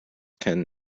can